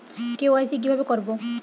KYC কিভাবে করব?